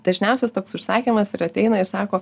dažniausias toks užsakymas ir ateina ir sako